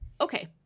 Okay